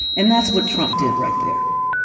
and that's what trump did right there.